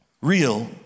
real